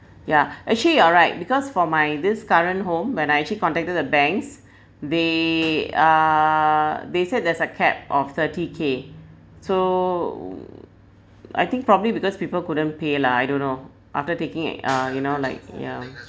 ya actually you are right because for my this current home when I actually contacted the banks they uh they said there's a cap of thirty K so I think probably because people couldn't pay lah I don't know after taking it uh you know like yeah